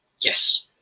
Yes